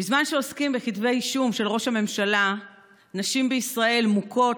בזמן שעוסקים בכתבי אישום של ראש הממשלה נשים בישראל מוכות,